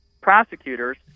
prosecutors